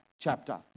chapter